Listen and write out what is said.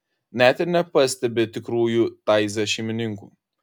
net ir nepastebi tikrųjų taize šeimininkų